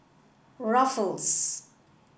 ruffles